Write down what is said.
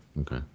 okay